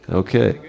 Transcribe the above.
okay